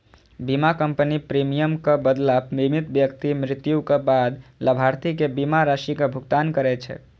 बीमा कंपनी प्रीमियमक बदला बीमित व्यक्ति मृत्युक बाद लाभार्थी कें बीमा राशिक भुगतान करै छै